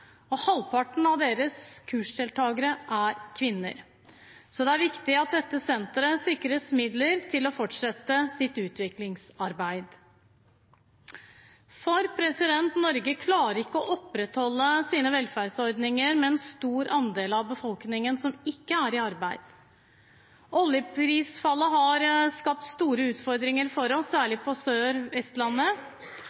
og halvparten av deres kursdeltagere er kvinner. Så det er viktig at dette senteret sikres midler til å fortsette sitt utviklingsarbeid. Norge klarer ikke å opprettholde sine velferdsordninger med en stor andel av befolkningen som ikke er i arbeid. Oljeprisfallet har skapt store utfordringer for oss,